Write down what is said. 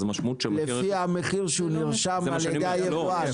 אז המשמעות של מחיר הרכב --- לפי המחיר שהוא נרשם על ידי היבואן.